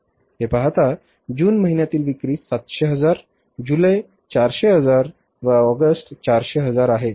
हे पाहता जून महिन्यातील विक्री 700 हजार जुलै 400 हजार व ऑगस्ट 400 हजार आहे बरोबर